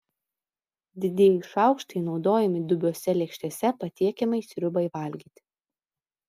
didieji šaukštai naudojami dubiose lėkštėse patiekiamai sriubai valgyti